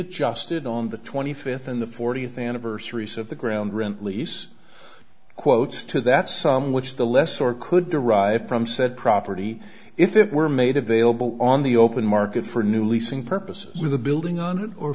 adjusted on the twenty fifth and the fortieth anniversary said the ground rent lease quotes to that sum which the lesser could derive from said property if it were made available on the open market for new leasing purposes with a building on it or